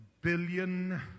billion